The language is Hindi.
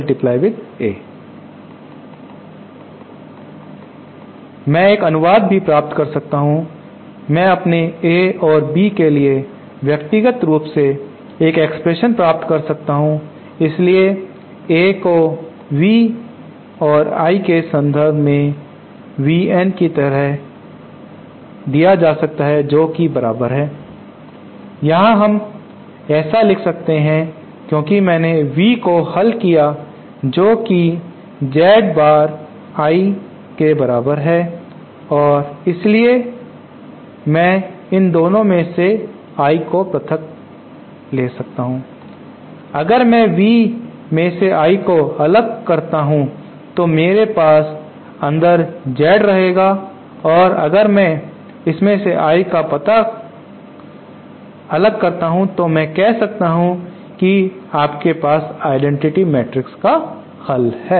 मैं एक अनुवाद भी प्राप्त कर सकता हूं मैं अपने A और B के लिए व्यक्तिगत रूप से एक एक्सप्रेशन प्राप्त कर सकता हूं इसलिए A को v और I के संदर्भ में VN की तरह है जो कि बराबर है यहां हम ऐसा इसलिए लिख सकते हैं क्योंकि मैंने V को हल किया जोकि Z बार I के बराबर है और इसलिए मैं इन दोनों में से I को पृथक ले सकता हूं अगर मैं V मे से I को पृथक करता हूं तो मेरे पास अंदर Z रहेगा और अगर इसमें से I को पता करता हूं तो मैं कह सकता हूं कि आपके पास आइडेंटिटी मैट्रिक्स का हल है